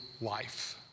life